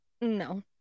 No